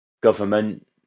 government